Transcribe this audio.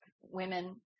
women